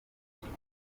umujyi